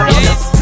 Yes